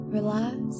Relax